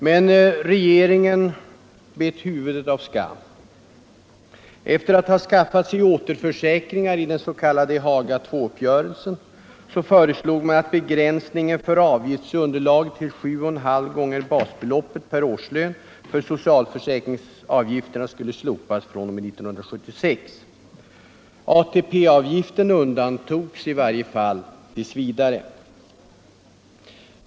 Men regeringen bet huvudet av skammen. Efter att ha skaffat sig återförsäkringar i den s.k. Haga II-uppgörelsen föreslog man att begränsningen av avgiftsunderlaget till 7,5 gånger basbeloppet per årslön för socialförsäkringsavgifterna skulle slopas fr.o.m. 1976. ATP-avgiften undantogs — i varje fall t.v.